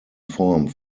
formed